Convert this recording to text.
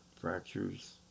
fractures